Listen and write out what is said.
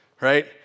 right